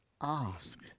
Ask